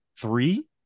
three